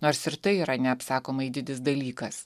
nors ir tai yra neapsakomai didis dalykas